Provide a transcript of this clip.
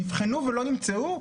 נבחנו ולא נמצאו?